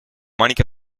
manica